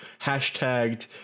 hashtagged